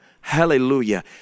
Hallelujah